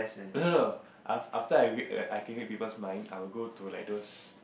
no no af~ after I I can read people's mind I will go to like those